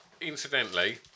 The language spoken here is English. Incidentally